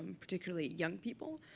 um particularly young people.